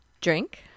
drink